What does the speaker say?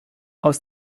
aus